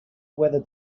weather